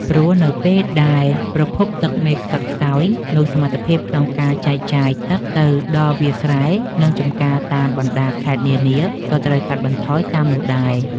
ព្រោះនៅពេលដែលប្រភពទឹកមេខ្សត់ខ្សោយ នោះសមត្ថភាពក្នុងការចែកចាយទឹកទៅដល់វាលស្រែ និងចំការតាមបណ្ដាខេត្តនានាក៏ត្រូវកាត់បន្ថយតាមនោះដែរ។